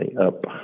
up